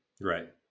Right